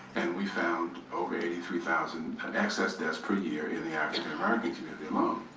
and we found, okay, eighty three thousand excess deaths per year in the african american community alone.